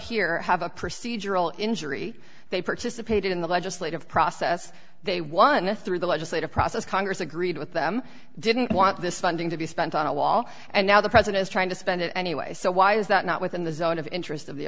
here have a procedural injury they participated in the legislative process they won it through the legislative process congress agreed with them didn't want this funding to be spent on a wall and now the president is trying to spend it anyway so why is that not within the zone of interest of the